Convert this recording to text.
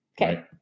Okay